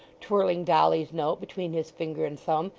twirling dolly's note between his finger and thumb,